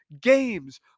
games